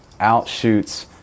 outshoots